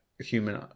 human